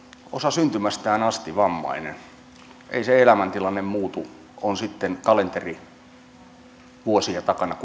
syntymästään asti vammainen ei se elämäntilanne muutu on sitten kalenterivuosia takana